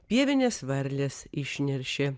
pievinės varlės išneršė